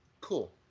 Cool